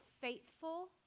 faithful